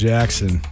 Jackson